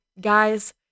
guys